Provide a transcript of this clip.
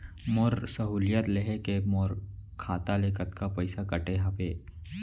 मोर सहुलियत लेहे के मोर खाता ले कतका पइसा कटे हवये?